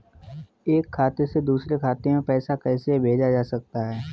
एक खाते से दूसरे खाते में पैसा कैसे भेजा जा सकता है?